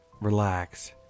relax